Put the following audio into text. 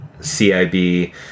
CIB